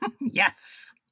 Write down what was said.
Yes